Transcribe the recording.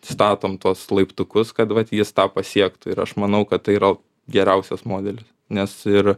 statom tuos laiptukus kad vat jis tą pasiektų ir aš manau kad tai yra geriausias modelis nes ir